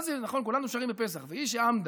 כולנו שרים בפסח "והיא שעמדה".